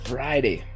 Friday